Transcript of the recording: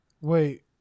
Wait